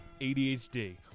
ADHD